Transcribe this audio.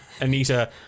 Anita